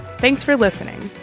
thanks for listening.